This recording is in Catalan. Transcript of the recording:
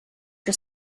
que